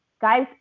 guys